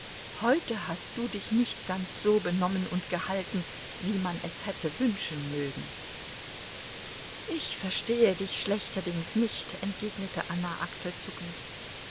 heute hast du dich nicht ganz so benommen und gehalten wie man es hätte wünschen mögen ich verstehe dich schlechterdings nicht entgegnete anna achselzuckend